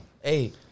Hey